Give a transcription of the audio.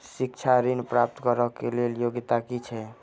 शिक्षा ऋण प्राप्त करऽ कऽ लेल योग्यता की छई?